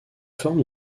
forme